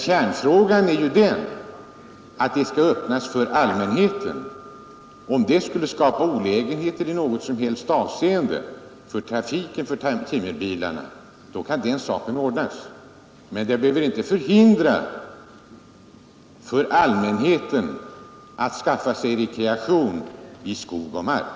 Kärnfrågan gäller att öppna skogsvägarna för allmänheten. Om detta i något avseende skulle skapa olägenheter för trafiken med timmerbilarna, kan den saken ordnas, men det får inte förhindra att allmänheten kan skaffa sig rekreation i skog och mark.